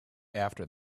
after